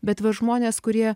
bet va žmonės kurie